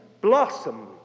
blossom